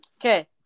Okay